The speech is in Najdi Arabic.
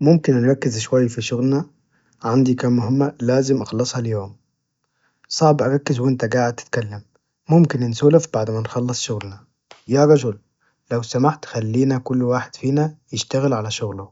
ممكن نركز شوي في شغلنا؟ عندي كم مهمة لازم أخلصها اليوم، صعب أركز وإنت جاعد تتكلم، ممكن نسولف بعد ما نخلص شغلنا؟ يا رجل لو سمحت خلينا كل واحد فينا يشتغل على شغله،